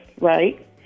Right